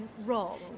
wrong